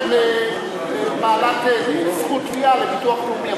תיחשב לבעלת זכות תביעה בביטוח לאומי,